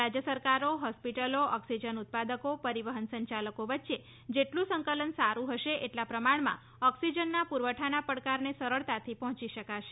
રાજ્ય સરકારો હોસ્પિટલો ઓક્સિજન ઉત્પાદકો પરિવહન સંચાલકો વચ્ચે જેટલું સંકલન સારૂ હશે એટલા પ્રમાણમાં ઓક્સિજનના પુરવઠાના પડકારને સરળતાથી પહોંચી શકાશે